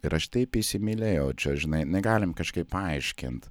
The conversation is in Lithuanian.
ir aš taip įsimylėjau čia žinai negalim kažkaip paaiškint